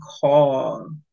call